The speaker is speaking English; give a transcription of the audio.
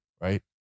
right